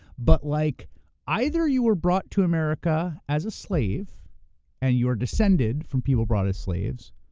but like either you were brought to america as a slave and you are descended from people brought as slaves,